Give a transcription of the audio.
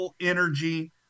energy